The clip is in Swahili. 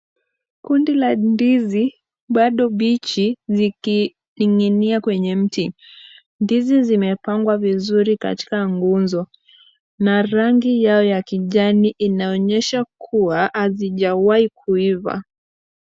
Kundi la ndizi bado mbichi zikining'inia kwenye mti. Ndizi zimepangwa vizuri katika ngunzo, na rangi yao ya kijani inaonyesha kuwa hazijawahi kuiva.